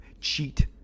cheat